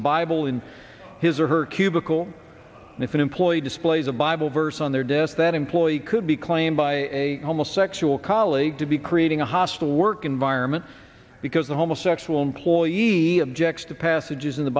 a bible in his or her cubicle and if an employee displays a bible verse on their desk that employee could be claimed by a homosexual colleague to be creating a hostile work environment because the homosexual employees objects to passages in the